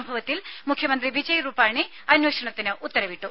സംഭവത്തിൽ മുഖ്യമന്ത്രി വിജയ് റുപാണി അന്വേഷണത്തിന് ഉത്തരവിട്ടു